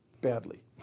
Badly